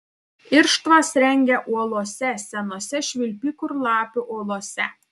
irštvas rengia uolose senose švilpikų ir lapių olose